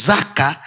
Zaka